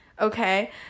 okay